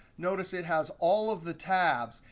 notice it has all of the tabs.